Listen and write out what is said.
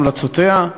המלצותיה.